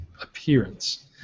appearance